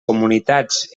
comunitats